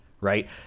Right